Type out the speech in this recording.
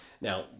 Now